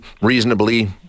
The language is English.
reasonably